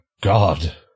god